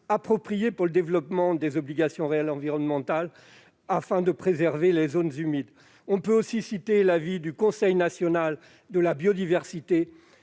appropriées pour le développement des obligations réelles environnementales afin de préserver les zones humides. J'évoquerai aussi l'avis du Comité national de la biodiversité